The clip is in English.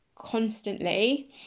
constantly